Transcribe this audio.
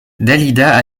dalida